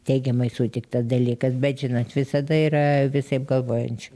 teigiamai sutiktas dalykas bet žinot visada yra visaip galvojančių